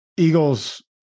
Eagles